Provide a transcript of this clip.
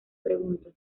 preguntas